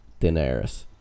Daenerys